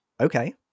okay